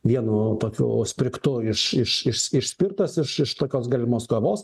vienu tokiu spriktu iš iš išspirtas iš iš tokios galimos kovos